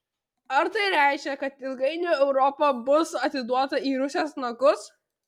ar tai reiškia kad ilgainiui europa bus atiduota į rusijos nagus